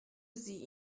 sie